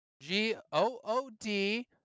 g-o-o-d